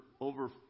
over